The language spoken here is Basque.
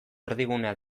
erdigunea